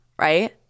right